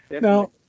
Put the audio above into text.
Now